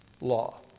law